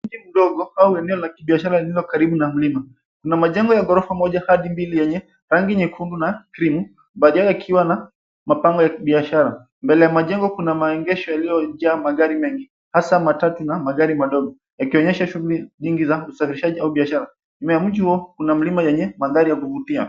Mji mdogo au eneo la kibiashara lililo karibu na mlima kuna majengo ya ghorofa moja hadi mbili yenye rangi nyekundu na krimu, baadhi yao yakiwa na mabango ya kibiashara, mbele ya majengo kuna maegesho yaliyojaa magari mengi hasa matatu na magari madogo yakionyesha shughuli nyingi za uzalishaji au biashara, nyuma ya mji huo kuna mlima yenye mandhari ya kuvutia.